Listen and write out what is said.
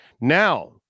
now